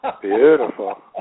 Beautiful